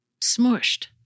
smushed